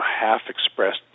half-expressed